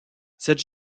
cette